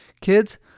Kids